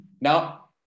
Now